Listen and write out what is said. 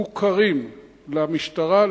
מוכרים למשטרה,